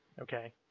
Okay